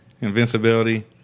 invincibility